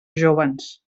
jóvens